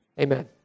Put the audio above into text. Amen